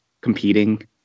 competing